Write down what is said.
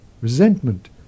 resentment